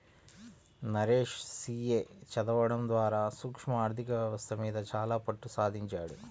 Naresh CA చదవడం ద్వారా సూక్ష్మ ఆర్ధిక వ్యవస్థ మీద చాలా పట్టుసంపాదించాడు